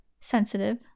sensitive